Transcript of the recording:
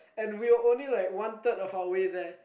and we were only like one third of our way there